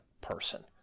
person